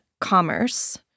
commerce